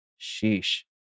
Sheesh